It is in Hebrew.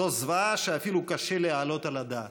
זו זוועה שאפילו קשה להעלות על הדעת,